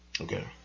Okay